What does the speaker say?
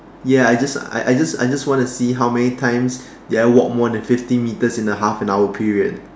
ya I just I just I just wanna see how many times did I walk more than fifty meters in a half an hour period